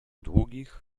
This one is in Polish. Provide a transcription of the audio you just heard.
długich